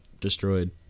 destroyed